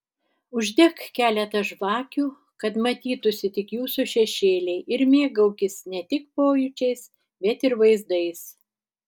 uždek keletą žvakių kad matytųsi tik jūsų šešėliai ir mėgaukis ne tik pojūčiais bet ir vaizdais